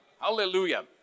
Hallelujah